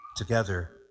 together